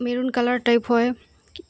maroon colour type হয়